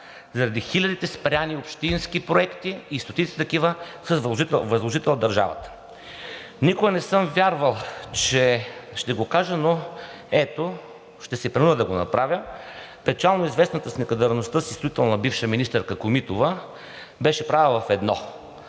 заради хилядите спрени общински проекти и стотици такива с възложител държавата. Никога не съм вярвал, че ще го кажа, но ето, ще се принудя да го направя, печално известната с некадърността си строителна бивша министърка Комитова беше права в едно